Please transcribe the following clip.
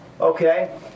Okay